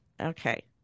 Okay